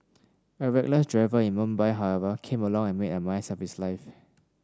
a reckless driver in Mumbai however came along and made a mess of his life